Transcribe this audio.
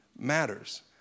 matters